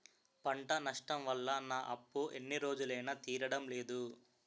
పంట నష్టం వల్ల నా అప్పు ఎన్ని రోజులైనా తీరడం లేదు